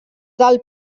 del